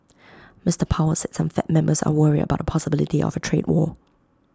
Mister powell said some fed members are worried about the possibility of A trade war